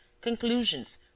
conclusions